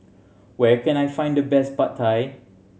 where can I find the best Pad Thai